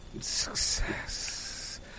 Success